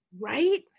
Right